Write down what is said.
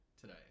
today